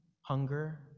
hunger